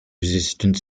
resistant